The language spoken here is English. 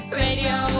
radio